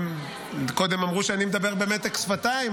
קודם אמרו שאני מדבר במתק שפתיים,